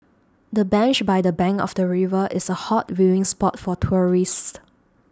the bench by the bank of the river is a hot viewing spot for tourists